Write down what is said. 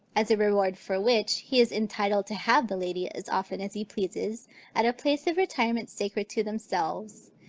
as a reward for which, he is entitled to have the lady as often as he pleases at a place of retirement sacred to themselves,